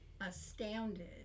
astounded